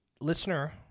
listener